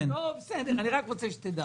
אני רק רוצה שתדע,